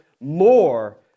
more